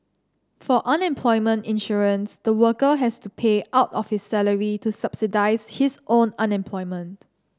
for unemployment insurance the worker has to pay out of his salary to subsidise his own unemployment